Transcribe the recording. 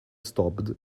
stopped